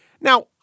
Now